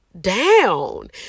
down